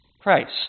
Christ